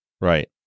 Right